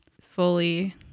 fully